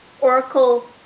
Oracle